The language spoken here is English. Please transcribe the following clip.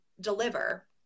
deliver